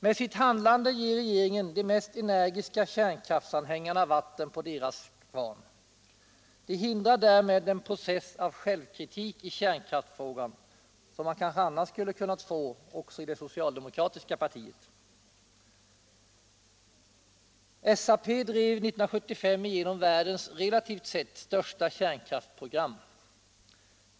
Med sitt handlande ger regeringen de mest energiska kärnkraftsanhängarna vatten på sin kvarn. Man hindrar därmed den process av självkritik i kärnkraftsfrågan, som man kanske annars skulle ha kunnat få också i det socialdemokratiska partiet. SAP drev 1975 igenom världens relativt sett största kärnkraftsprogram.